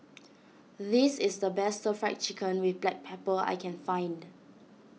this is the best Stir Fry Chicken with Black Pepper I can find